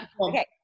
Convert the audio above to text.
okay